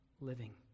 living